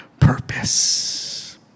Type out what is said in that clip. purpose